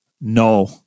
No